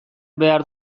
behar